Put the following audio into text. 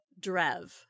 drev